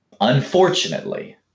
Unfortunately